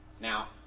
Now